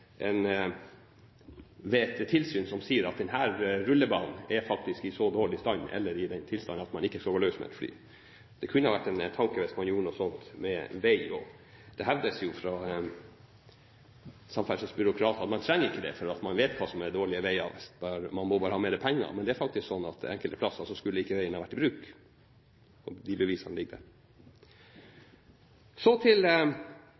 tilsyn som sier at denne rullebanen faktisk er i så dårlig stand at det ikke skal være fly der. Det kunne vært en tanke å gjøre noe sånt med vei også. Det hevdes jo fra samferdselsbyråkratene at man ikke trenger dette, fordi man vet hva som er dårlige veier, man må bare ha mer penger. Men det er faktisk sånn at noen steder skulle ikke veiene vært i bruk, og bevisene på det ligger der. Så til